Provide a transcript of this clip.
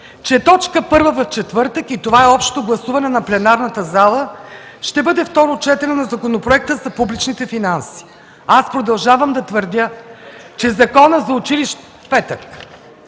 че точка първа в четвъртък (това е общо гласуване на пленарната зала) ще бъде второто четене на Законопроекта за публичните финанси. Аз продължавам да твърдя, че Законът за предучилищното